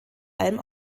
allem